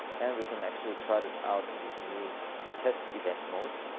and we can actually try this out and this new test event mode.